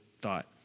thought